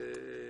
אדוני,